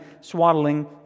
swaddling